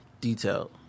detailed